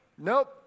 Nope